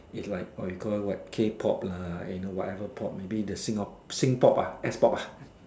is like or you call it what K pop lah and you know whatever pop maybe the singa~ sing pop ah S pop ah